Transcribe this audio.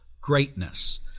greatness